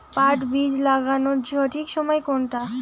পাট বীজ লাগানোর সঠিক সময় কোনটা?